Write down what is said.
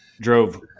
drove